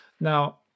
Now